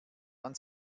dann